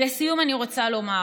לסיום אני רוצה לומר: